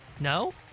No